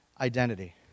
Identity